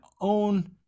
own